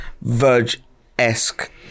verge-esque